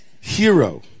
hero